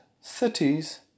cities